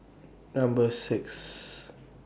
Number six